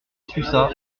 sussat